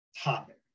topic